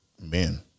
men